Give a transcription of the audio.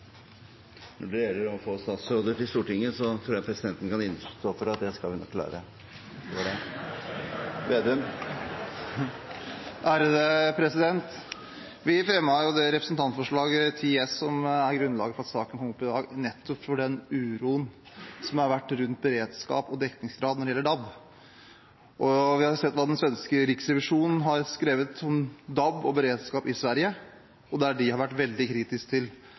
Når det gjelder å få statsråder til Stortinget, tror jeg presidenten kan innestå for at det skal vi nok klare. Vi fremmet Representantforslag 10 S for 2016–2017 som er grunnlaget for at saken kom opp i dag, nettopp på grunn av den uroen som har vært rundt beredskap og dekningsgrad når det gjelder DAB. Vi har jo sett hva den svenske riksrevisjonen har skrevet om DAB og beredskap i Sverige, der de har vært veldig kritisk til